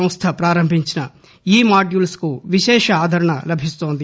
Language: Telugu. సంస్థ పారంభించిన ఈ మాడ్యూల్స్కు విశేష ఆదరణ లభిస్తోంది